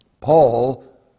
Paul